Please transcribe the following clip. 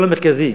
השלטון המרכזי,